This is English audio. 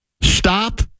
stop